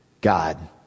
God